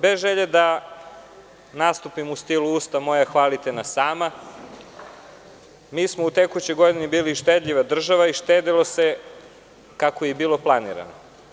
Bez želje da nastupimo u stilu - usta moja, hvalite nas sama, mi smo u tekućoj godini bili štedljiva država i štedelo se kako je i bilo planirano.